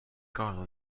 carlo